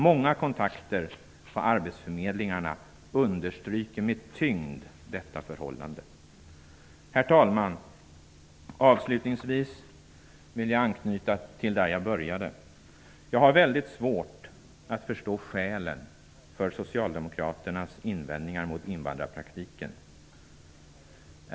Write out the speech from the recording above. Många kontakter på arbetsförmedlingarna understryker med tyngd detta förhållande. Herr talman! Avslutningsvis vill jag anknyta till det jag började med. Jag har väldigt svårt att förstå skälen för socialdemokraternas invändningar mot invandrarpraktiken.